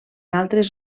altres